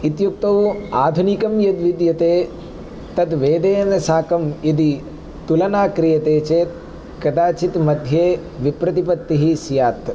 इत्युक्तौ आधुनिकं यद् विद्यते तद् वेदेन साकं यदि तुलना क्रियते चेत् कदाचित् मध्ये विप्रतिपत्तिः स्यात्